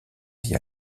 vie